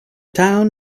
town